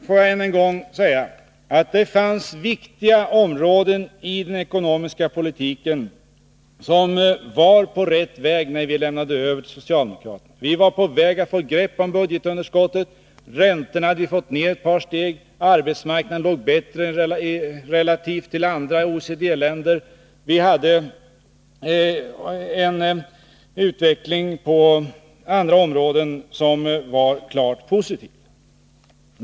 Får jag än en gång säga, att det finns viktiga områden i den ekonomiska politiken som var på rätt väg när vi lämnade över till socialdemokraterna. Vi var på väg att få ett grepp om budgetunderskottet, räntorna hade vi fått ned ett par steg, situationen på arbetsmarknaden var bättre än i andra OECD-länder och vi hade även på andra områden en utveckling som var klart positiv.